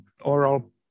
oral